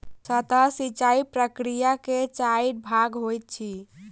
सतह सिचाई प्रकिया के चाइर भाग होइत अछि